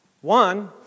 One